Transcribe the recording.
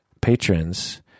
patrons